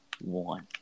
one